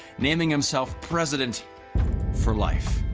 naming himself president for life.